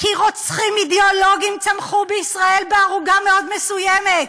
כי רוצחים אידיאולוגיים צמחו בישראל בערוגה מאוד מסוימת,